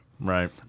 Right